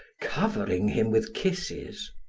covering him with kisses.